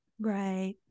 Right